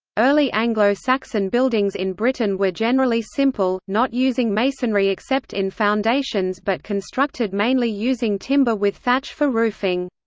early anglo-saxon buildings in britain were generally simple, not using masonry except in foundations but constructed mainly using timber with thatch for roofing.